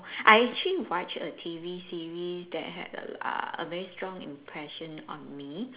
oh I actually watched a T_V series that had a uh a very strong impression on me